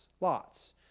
lots